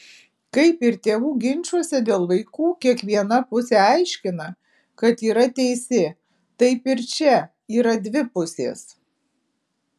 kaip ir tėvų ginčuose dėl vaikų kiekviena pusė aiškina kad yra teisi taip ir čia yra dvi pusės